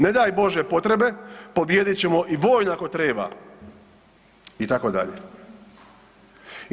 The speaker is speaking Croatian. Ne daj Bože potrebe, pobijedit ćemo i vojno ako treba“ itd.